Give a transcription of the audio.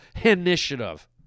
Initiative